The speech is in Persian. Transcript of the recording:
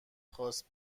خواست